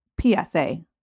PSA